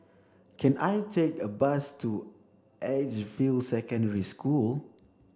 can I take a bus to Edgefield Secondary School